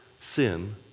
sin